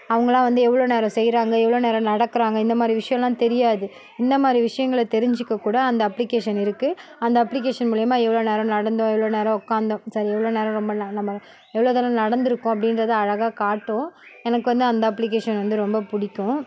அவங்கல்லாம் வந்து எவ்வளோ நேரம் செய்கிறாங்க எவ்வளோ நேரம் நடக்கிறாங்க இந்த மாதிரி விஷயல்லாம் தெரியாது இந்த மாதிரி விஷயங்களை தெரிஞ்சுக்கக் கூட அந்த அப்ளிக்கேஷன் இருக்குது அந்த அப்ளிக்கேஷன் மூலிமா எவ்வளோ நேரம் நடந்தோம் எவ்வளோ நேரம் உட்காந்தோம் சாரி எவ்வளோ நேரம் ரொம்ப ந நம்ம எவ்வளோ தூரம் நடந்திருக்கோம் அப்படின்றத அழகாக காட்டும் எனக்கு வந்து அந்த அப்ளிக்கேஷன் வந்து ரொம்ப பிடிக்கும்